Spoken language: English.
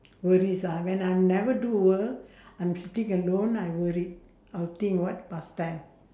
worries ah when I never do work I'm sitting alone I worried I'll think what pass time